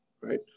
right